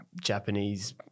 Japanese